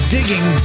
Digging